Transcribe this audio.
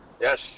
Yes